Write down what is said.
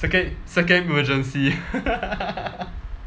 second second emergency